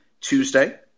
Tuesday